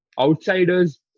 outsiders